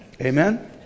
Amen